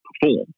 perform